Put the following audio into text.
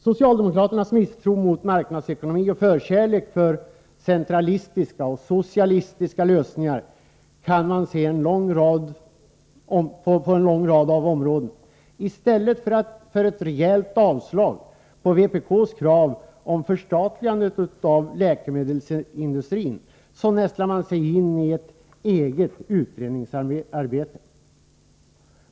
Socialdemokraternas misstro mot marknadsekonomi och förkärlek för centralistiska och socialistiska lösningar kan man se på en lång rad områden. I stället för ett rejält avslag på vpk:s krav om förstatligande av läkemedelsindustrin snärjer man in sig i ett eget utredningsarbete.